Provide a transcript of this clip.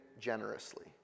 generously